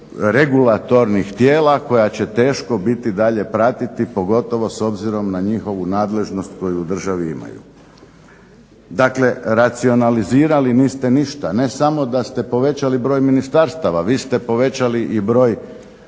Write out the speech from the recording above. regulatornih tijela koja će teško biti dalje pratiti pogotovo s obzirom na njihovu nadležnost koju u državi imaju. Dakle, racionalizirali niste ništa, ne samo da ste povećali broj ministarstava, vi ste povećali i broj